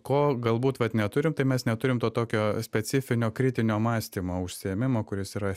ko galbūt vat neturim tai mes neturim to tokio specifinio kritinio mąstymo užsiėmimo kuris yra